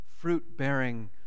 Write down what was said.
fruit-bearing